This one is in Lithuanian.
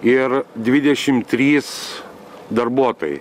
ir dvidešim trys darbuotojai